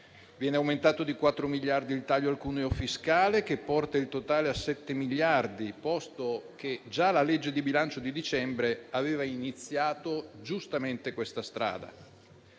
Viene aumentato di 4 miliardi il taglio al cuneo fiscale, che porta il totale a 7 miliardi, posto che già la legge di bilancio di dicembre aveva iniziato giustamente questa strada.